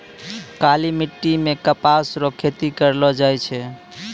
काली मिट्टी मे कपास रो खेती करलो जाय छै